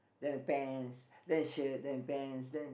then pants then shirt then pants then